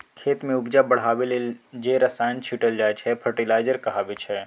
खेत मे उपजा बढ़ाबै लेल जे रसायन छीटल जाइ छै फर्टिलाइजर कहाबै छै